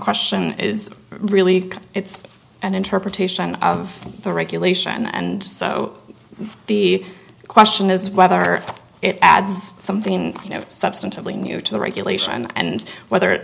question is really it's an interpretation of the regulation and so the question is whether it adds something substantively new to the regulation and whether